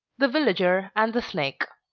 the villager and the snake